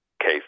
case